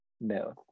No